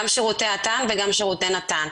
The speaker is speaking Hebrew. גם שירותי אט"ן וגם שירותי נט"ן,